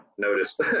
noticed